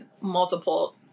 multiple